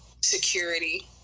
security